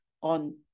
on